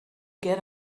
get